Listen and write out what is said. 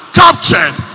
captured